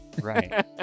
right